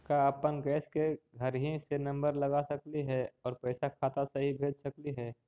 का अपन गैस के घरही से नम्बर लगा सकली हे और पैसा खाता से ही भेज सकली हे?